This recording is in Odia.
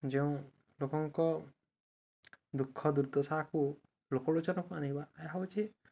ଯେଉଁ ଲୋକଙ୍କ ଦୁଃଖ ଦୁର୍ଦଶାକୁ ଲୋକଲୋଚନକୁ ଆଣିବା ଏହା ହେଉଛି